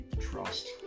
trust